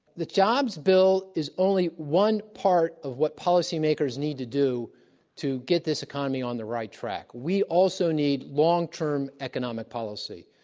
the jobs bill is only one part of what policymakers need to do to get this economy on the right track. we also need long term economic policy,